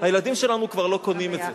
הילדים שלנו כבר לא קונים את זה,